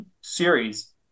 series